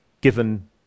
given